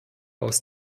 aus